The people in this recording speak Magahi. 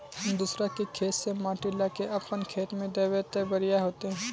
हम दूसरा के खेत से माटी ला के अपन खेत में दबे ते बढ़िया होते?